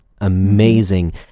amazing